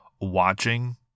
watching